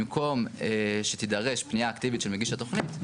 במקום שתידרש פנייה אקטיבית של מגיש התוכנית,